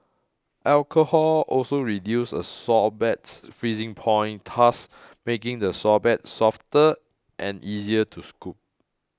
alcohol also reduces a sorbet's freezing point thus making the sorbet softer and easier to scoop